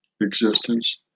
existence